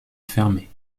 fermée